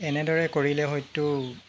এনেদৰে কৰিলে হয়তো